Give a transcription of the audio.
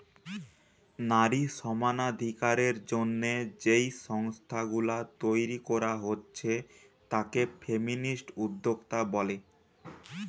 নারী সমানাধিকারের জন্যে যেই সংস্থা গুলা তইরি কোরা হচ্ছে তাকে ফেমিনিস্ট উদ্যোক্তা বলে